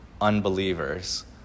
unbelievers